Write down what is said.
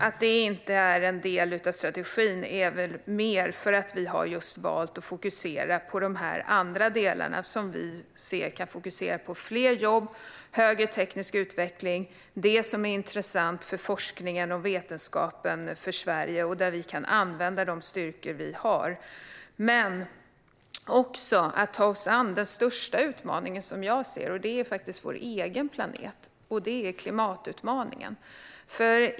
Att detta inte är en del av strategin beror väl mer på att vi just har valt att fokusera på de andra delarna: fler jobb, högre teknisk utveckling och det som är intressant för forskningen och vetenskapen i Sverige - och där vi kan använda de styrkor vi har. Det handlar också om att ta oss an den största utmaningen, som jag ser det, och den rör faktiskt vår egen planet. Det är klimatutmaningen.